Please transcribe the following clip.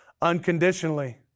unconditionally